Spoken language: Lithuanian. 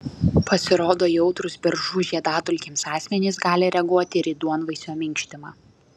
pasirodo jautrūs beržų žiedadulkėms asmenys gali reaguoti ir į duonvaisio minkštimą